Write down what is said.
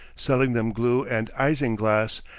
selling them glue and isinglass,